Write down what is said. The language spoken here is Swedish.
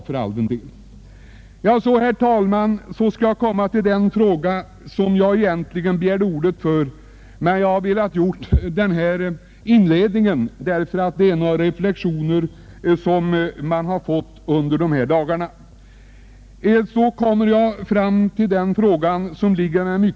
Jag har velat göra denna inledning med anledning av nägra reflexioner som jag gjort under dessa båda debattdagar, men nu skall jag gä över till en fråga som ligger mig mycket varmt om hjärtat och som har varit den egentliga anledningen till att jag nu har begärt ordet.